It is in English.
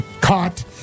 Caught